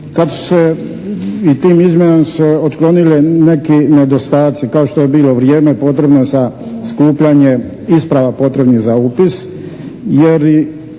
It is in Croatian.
kad su se i tim izmjenama su se otklonile neki nedostaci kao što je bilo vrijeme potrebno za skupljanje isprava potrebnih za upis jer